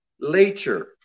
later